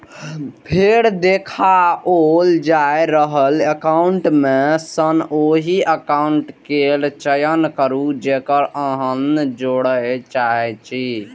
फेर देखाओल जा रहल एकाउंट मे सं ओहि एकाउंट केर चयन करू, जेकरा अहां जोड़य चाहै छी